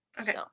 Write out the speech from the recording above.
okay